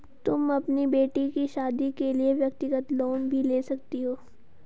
तुम अपनी बेटी की शादी के लिए व्यक्तिगत लोन भी ले सकती हो